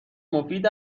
مفید